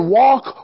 walk